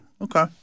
Okay